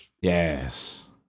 Yes